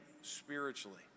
spiritually